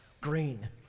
green